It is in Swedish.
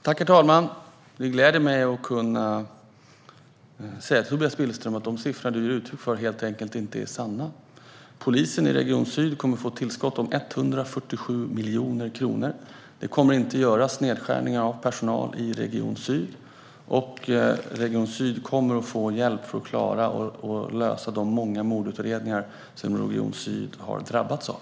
Herr talman! Det gläder mig att kunna säga till Tobias Billström att de siffror som han nämner helt enkelt inte är sanna. Polisen i Region Syd kommer att få ett tillskott om 147 miljoner kronor. Det kommer inte att göras nedskärningar av personal i Region Syd, och Region Syd kommer att få hjälp för att klara att utreda de många mord som man har drabbats av.